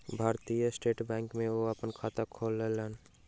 भारतीय state bank में ओ अपन खाता खोलौलेन